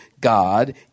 God